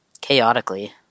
chaotically